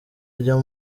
ryo